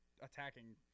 attacking